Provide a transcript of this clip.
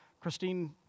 Christine